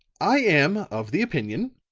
i am of the opinion,